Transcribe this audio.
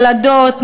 ילדות,